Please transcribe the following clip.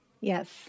yes